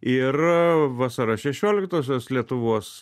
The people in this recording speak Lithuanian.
ir vasario šešioliktosios lietuvos